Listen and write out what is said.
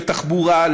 לתחבורה,